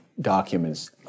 documents